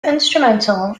instrumental